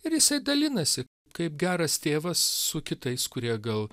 ir jisai dalinasi kaip geras tėvas su kitais kurie gal